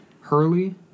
Hurley